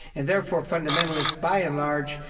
and therefore fundamentalists, by and large,